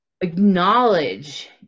acknowledge